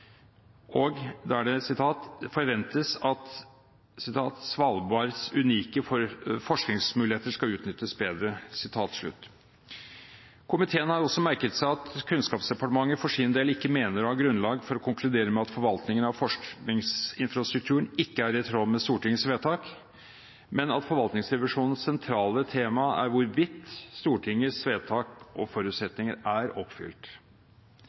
», der det forventes at Svalbards «unike forskningsmuligheter skal utnyttes bedre». Komiteen har også merket seg at Kunnskapsdepartementet for sin del ikke mener å ha grunnlag for å konkludere med at forvaltningen av forskningsinfrastrukturen ikke er i tråd med Stortingets vedtak, men at forvaltningsrevisjonens sentrale tema er hvorvidt Stortingets vedtak og forutsetninger er oppfylt.